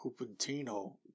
Cupertino